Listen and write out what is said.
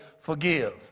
forgive